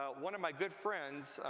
but one of my good friends,